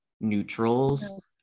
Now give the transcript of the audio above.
neutrals